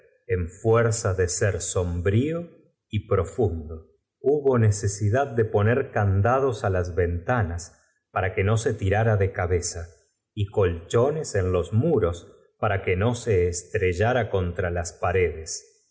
en fuerza de ser somb rlo y profundo hubo necesidad de poner cand ados á las venta nas para que no se tirlll'a de cabeza y colch ones en los muro s para que no se estre llara cont ra las pare